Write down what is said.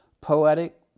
poetic